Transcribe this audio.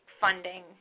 funding